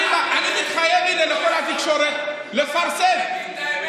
אני מתחייב ולכל התקשורת לפרסם, תגיד את האמת.